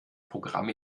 programme